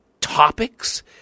topics